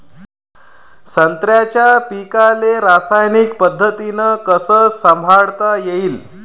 संत्र्याच्या पीकाले रासायनिक पद्धतीनं कस संभाळता येईन?